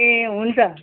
ए हुन्छ